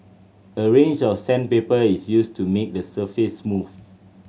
a range of sandpaper is used to make the surface smooth